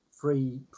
free